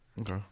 Okay